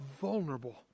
vulnerable